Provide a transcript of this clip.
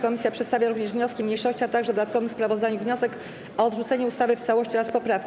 Komisja przedstawia również wnioski mniejszości, a także w dodatkowym sprawozdaniu wniosek o odrzucenie ustawy w całości oraz poprawki.